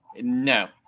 No